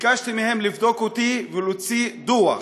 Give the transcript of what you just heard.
וביקשתי מהם לבדוק אותי ולהוציא דוח.